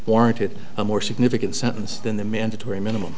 warranted a more significant sentence than the mandatory minimum